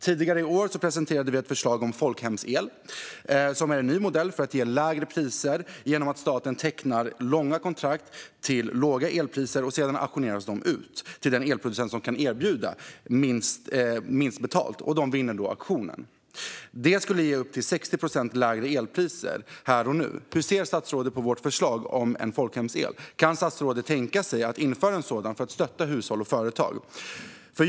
Tidigare i år presenterade vi ett förslag om folkhemsel, som är en ny modell för att ge lägre priser genom att staten tecknar långa kontrakt till låga elpriser. De auktioneras ut till den elproducent som vill ha minst betalt och som då vinner auktionen. Det skulle kunna ge elpriser som är upp till 60 procent lägre här och nu. Hur ser statsrådet på vårt förslag om folkhemsel? Kan statsrådet tänka sig att införa en sådan för att stötta hushåll och företag?